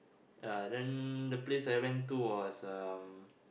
ya then the place I went to was um